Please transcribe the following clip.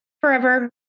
forever